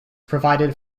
provided